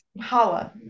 Holla